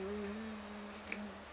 mm